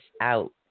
out